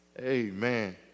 Amen